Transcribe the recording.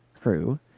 crew